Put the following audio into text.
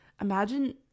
Imagine